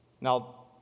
Now